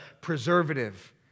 preservative